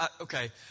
okay